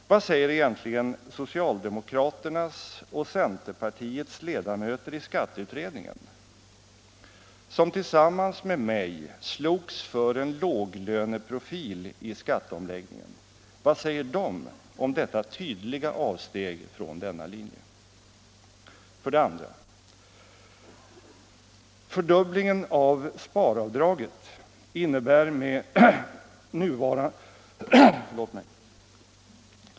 Vad säger egentligen socialdemokraternas och centerpartiets ledamöter i skatteutredningen, som tillsammans med mig slogs för en låglöneprofil i skatteomläggningen, om detta tydliga avsteg från denna linje? 2.